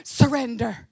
surrender